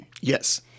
Yes